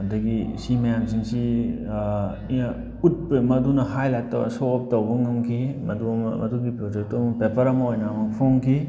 ꯑꯗꯒꯤ ꯁꯤ ꯃꯌꯥꯝꯁꯤꯡꯁꯤ ꯎꯠꯄ ꯃꯗꯨꯅ ꯍꯥꯏ ꯂꯥꯏꯠ ꯇꯧꯔꯒ ꯁꯣ ꯑꯣꯐ ꯇꯧꯕ ꯉꯝꯈꯤ ꯃꯗꯨꯒꯤ ꯄ꯭ꯔꯣꯖꯦꯛꯇꯨ ꯑꯃꯨꯛ ꯄꯦꯄꯔ ꯑꯃ ꯑꯣꯏꯅ ꯑꯃꯨꯛ ꯐꯣꯡꯈꯤ